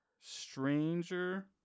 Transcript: Stranger